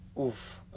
Oof